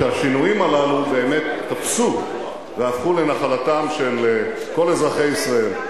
שהשינויים הללו באמת תפסו והפכו לנחלתם של כל אזרחי ישראל.